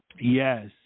Yes